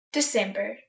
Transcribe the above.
December